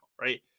right